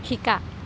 শিকা